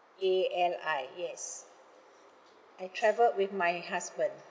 A L I yes I travelled with my husband